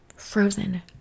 frozen